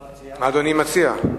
מה אדוני מציע?